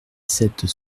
sept